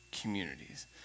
communities